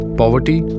poverty